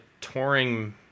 touring